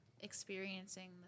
experiencing